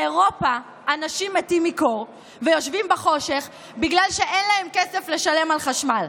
באירופה אנשים מתים מקור ויושבים בחושך בגלל שאין להם כסף לשלם על חשמל,